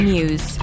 News